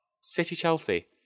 City-Chelsea